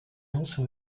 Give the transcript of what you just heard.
also